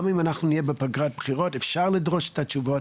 גם אם נהיה בפגרת בחירות אפשר לדרוש את התשובות,